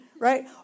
Right